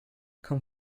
kaum